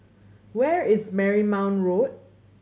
where is Marymount Road